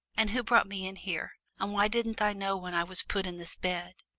and who brought me in here, and why didn't i know when i was put in this bed?